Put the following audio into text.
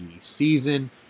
season